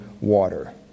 water